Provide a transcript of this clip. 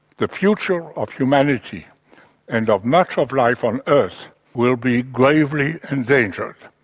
the future of humanity and of much of life on earth will be gravely endangered,